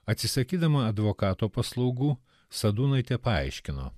atsisakydama advokato paslaugų sadūnaitė paaiškino